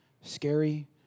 scary